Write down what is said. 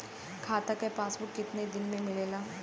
खाता के पासबुक कितना दिन में मिलेला?